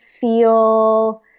feel